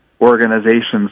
organizations